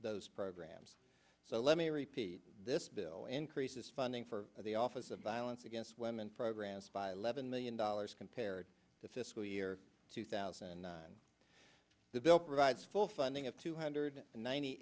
those programs so let me repeat this bill increases funding for the office of violence against women programs by eleven million dollars compared to fiscal year two thousand and nine the bill provides full funding of two hundred ninety